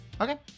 Okay